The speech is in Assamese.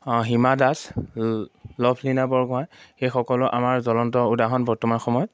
হীমা দাস লাভলীনা বৰগোঁহাই সেই সকলো আমাৰ জলন্ত উদাহৰণ বৰ্তমান সময়ত